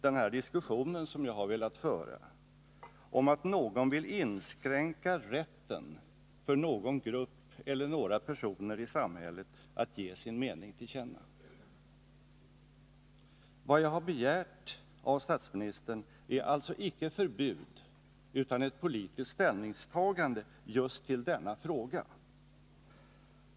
Den diskussion som jag har velat föra handlar alltså inte om att någon vill inskränka rätten för någon grupp eller några personer i samhället att ge sin mening till känna. Vad jag har begärt av statsministern är alltså icke ett förbud utan ett politiskt ställningstagande i just denna fråga.